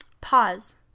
Pause